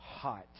Hot